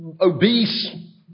obese